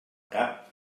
cap